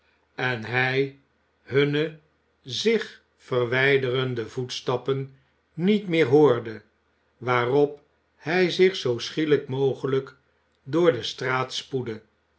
en hij hunne zich verwijderende voetstappen niet meer hoorde waarop hij zich zoo schielijk mogelijk door de straat spoedde